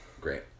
Great